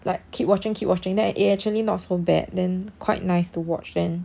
like keep watching keep watching then eh actually not so bad then quite nice to watch then